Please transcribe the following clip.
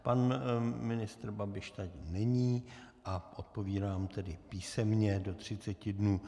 Pan ministr Babiš tedy není, odpoví vám tedy písemně do třiceti dnů.